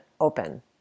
open